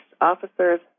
officers